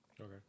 Okay